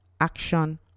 action